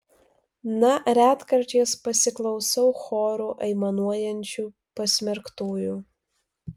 na retkarčiais pasiklausau choru aimanuojančių pasmerktųjų